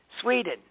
Sweden